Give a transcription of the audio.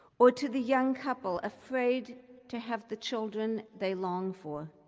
or to the young couple afraid to have the children they long for.